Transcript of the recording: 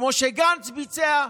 כמו שגנץ ביצע?